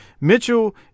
Mitchell